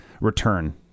return